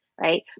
right